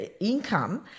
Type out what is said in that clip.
income